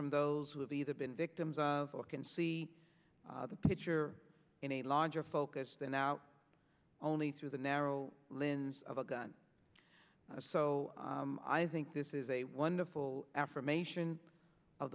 from those who have either been victims of or can see the picture in a larger focus than now only through the narrow lens of a gun so i think this is a wonderful affirmation of